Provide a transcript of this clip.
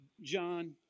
John